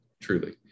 truly